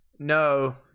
No